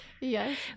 Yes